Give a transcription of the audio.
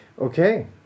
Okay